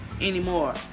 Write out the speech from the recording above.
anymore